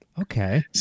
okay